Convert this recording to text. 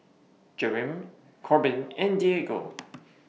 Jereme Corbin and Diego